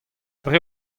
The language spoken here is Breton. dre